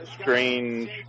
strange